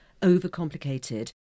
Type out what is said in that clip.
overcomplicated